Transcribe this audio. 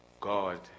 God